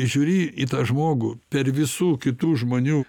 žiūri į tą žmogų per visų kitų žmonių